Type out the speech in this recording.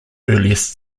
earliest